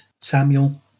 Samuel